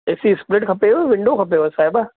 ए C split खपेव window खपेव साहिबा